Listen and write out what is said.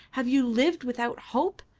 have you lived without hope?